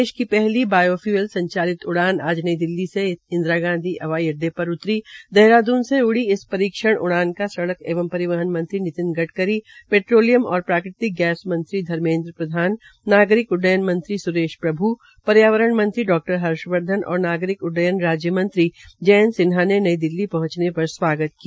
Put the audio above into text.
देश की पहली बायो फ़यूल संचालित उड़ान आज नई दिलली के इंदिरा गांधी हवाई पर उत्तरी देहरादून से ज्ड़ी इस परीक्षण उड़ान का सड़क एवं परिवहन मंत्री नितिन गडकरी पेट्रोलियम और प्राकृतिक गैस मंत्री सुरेश प्रभु पर्यावरण मंत्री डा हर्षवर्धन और नागरिक उड्डयन राज्य मंत्री जयंत सिन्हा ने नई दिल्ली पहंचने पर स्वागत किया